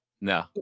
No